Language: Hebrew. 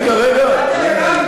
רגע, רגע,